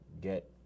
get